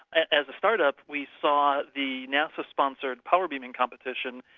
as a start-up, we saw the nasa-sponsored power beaming competition,